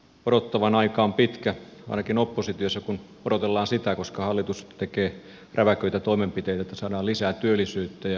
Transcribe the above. odottavan aika on pitkä ainakin oppositiossa kun odotellaan sitä koska hallitus tekee räväköitä toimenpiteitä että saadaan lisää työllisyyttä ja lisää elinkeinoja suomeen